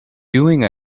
doing